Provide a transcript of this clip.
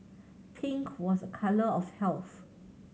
pink was a colour of health